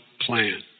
plan